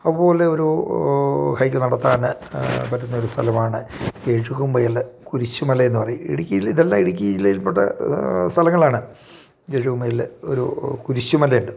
അതുപോലെ ഒരു ഹൈക്ക് നടത്താൻ പറ്റുന്ന ഒരു സ്ഥലമാണ് യേഴ് കുമ്പയല്ല് കുരിശുമല എന്ന് പറയും ഇടുക്കിയിൽ ഇതെല്ലാം ഇടുക്കി ജില്ലയിൽ പെട്ട സ്ഥലങ്ങളാണ് യേഴ് കുമ്പയല്ല് ഒരു കുരിശുമലയുണ്ട്